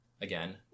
again